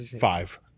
Five